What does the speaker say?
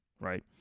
right